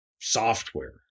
software